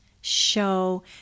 show